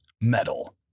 metal